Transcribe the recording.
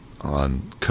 on